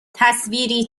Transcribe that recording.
تصویری